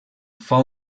fou